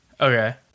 Okay